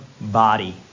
body